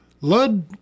Lud